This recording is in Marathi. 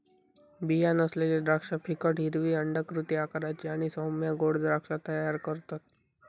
बीया नसलेली द्राक्षा फिकट हिरवी अंडाकृती आकाराची आणि सौम्य गोड द्राक्षा तयार करतत